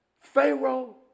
Pharaoh